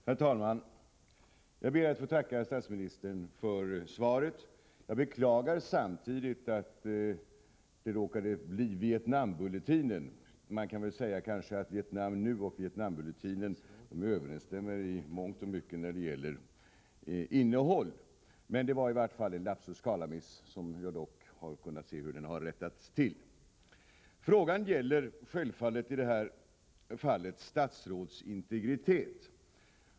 Herr talman! Jag ber att få tacka statsministern för svaret. Jag beklagar samtidigt att jag råkade skriva Vietnambulletinen. Men man kan kanske säga att Vietnam nu och Vietnambulletinen i mångt och mycket överensstämmer när det gäller innehåll. Det var i varje fall en lapsus calami, som dock har kunnat rättas till. Frågan gäller självfallet statsråds integritet.